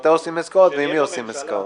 מתי עושים עסקאות ועם מי עושים עסקאות,